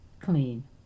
clean